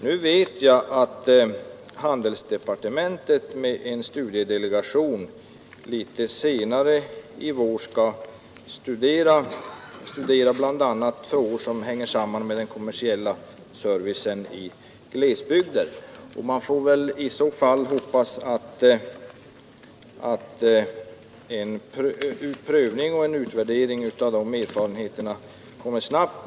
Nu vet jag att en delegation från handelsdepartementet litet senare i vår skall studera bl.a. frågor som hänger samman med den kommersiella servicen i glesbygder, och man får hoppas att en prövning och en utvärdering av erfarenheterna görs snabbt.